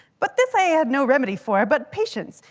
but this i had no remedy for but patience,